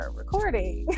recording